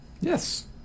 Yes